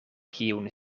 kiun